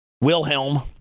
Wilhelm